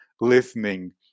listening